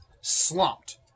slumped